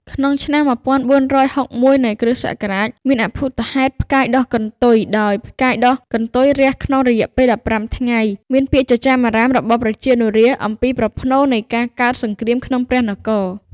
ក្នុងឆ្នាំ ១៤៦១ នៃគ.សករាជ មានអភូតហេតុផ្កាយដុះកន្ទុយដោយផ្កាយដុះកន្ទុយរះក្នុងរយៈពេល ១៥ថ្ងៃ ពាក្យចចាមអារ៉ាមរបស់ប្រជានុរាស្ត្រអំពីប្រផ្នូលនៃការកើតសង្គ្រាមក្នុងព្រះនគរ។